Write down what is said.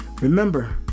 Remember